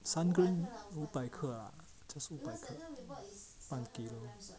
五百克 ah